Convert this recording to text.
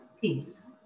peace